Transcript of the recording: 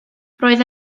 roedd